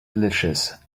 delicious